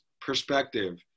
perspective